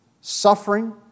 suffering